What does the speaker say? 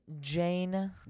jane